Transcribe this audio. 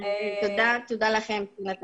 ככל שאנחנו